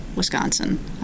Wisconsin